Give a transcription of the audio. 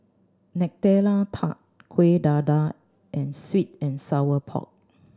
Nutella Tart Kueh Dadar and sweet and sour pork